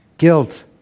guilt